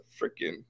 freaking